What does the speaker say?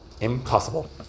impossible